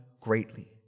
greatly